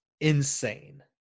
insane